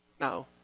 No